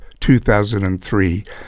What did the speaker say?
2003